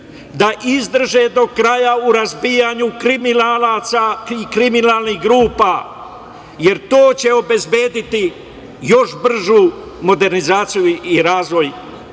da izdrže do kraja u razbijanju kriminalaca i kriminalnih grupa, jer to će obezbediti još bržu modernizaciju i razvoj